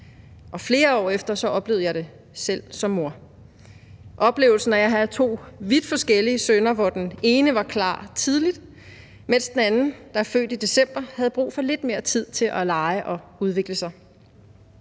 og flere år efter oplevede jeg det selv som mor. Det var oplevelsen af at have to vidt forskellige sønner, hvor den ene var klar tidligt, mens den anden, der er født i december, havde brug for lidt mere tid til at lege og udvikle sig.